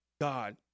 God